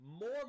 more